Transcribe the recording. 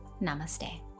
Namaste